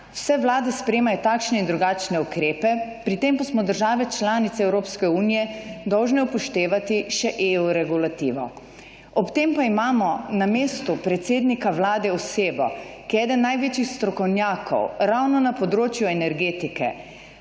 vse vlade sprejemajo takšne in drugačne ukrepe, pri tem pa smo države članice Evropske unije dolžne upoštevati še EU regulativo. Ob tem pa imamo na mestu predsednika vlade osebo, ki je eden največjih strokovnjakov ravno na področju energetike.